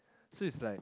so is like